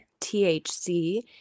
THC